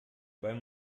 beim